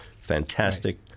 fantastic